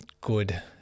good